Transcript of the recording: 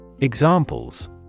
examples